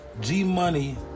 G-Money